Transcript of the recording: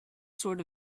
sort